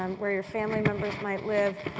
um where your family members might live,